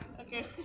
Okay